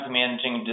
managing